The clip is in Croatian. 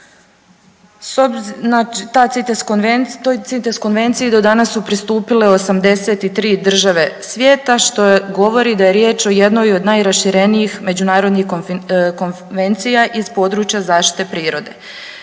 Toj CITES konvenciji do danas su pristupile 83 države svijeta što govori da je riječ o jednoj od najraširenijih međunarodnih konvencija iz područja zaštite prirode.